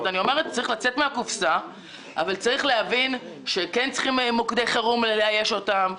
צריך לצאת מהקופסה ומנגד גם לאייש את מוקדי החירום,